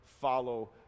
follow